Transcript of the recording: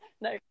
no